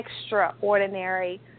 Extraordinary